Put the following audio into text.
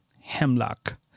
Hemlock